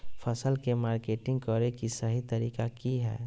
फसल के मार्केटिंग करें कि सही तरीका की हय?